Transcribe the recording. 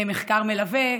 בו שיהיה מחקר מלווה,